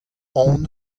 aon